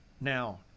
now